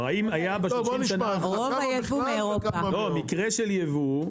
האם היה ב- 30 שנה מקרה של יבוא,